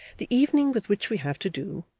the evening with which we have to do,